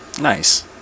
Nice